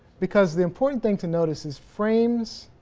because the important thing to notice is frames.